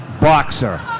boxer